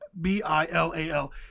B-I-L-A-L